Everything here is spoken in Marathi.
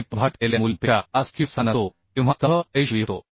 ने परिभाषित केलेल्या मूल्यांपेक्षा जास्त किंवा समान असतो तेव्हा स्तंभ अयशस्वी होतो